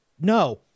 No